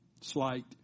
Slight